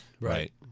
right